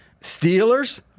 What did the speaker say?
Steelers